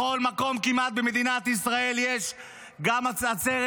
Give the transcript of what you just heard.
כמעט בכל מקום במדינת ישראל יש גם עצרת